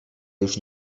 już